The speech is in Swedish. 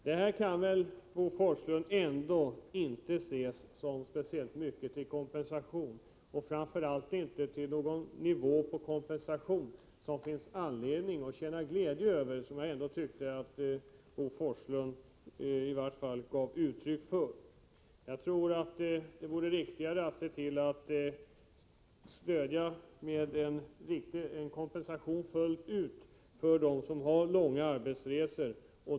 Detta kan väl, Bo Forslund, inte ses som speciellt mycket till kompensation, framför allt inte som en kompensationsnivå som det finns anledning att känna glädje över, vilket jag tyckte att Bo Forslund gav uttryck för. Jag tror att det vore riktigare att stödja med en kompensation fullt ut för dem som har långa arbetsresor.